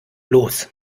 los